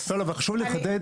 לא אבל חשוב לי לחדד,